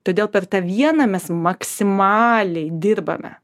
todėl per tą vieną mes maksimaliai dirbame